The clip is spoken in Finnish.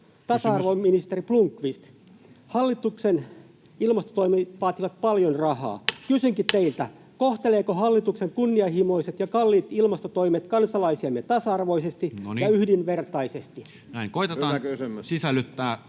[Puhemies: Kysymys!] hallituksen ilmastotoimet vaativat paljon rahaa. Kysynkin teiltä, kohtelevatko hallituksen kunnianhimoiset ja kalliit ilmastotoimet kansalaisiamme tasa-arvoisesti ja yhdenvertaisesti. Näin. — Koetetaan sisällyttää